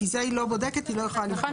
כי זה היא לא בודקת, היא לא יכולה לבדוק.